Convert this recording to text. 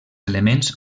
elements